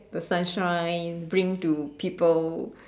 the sunshine bring to people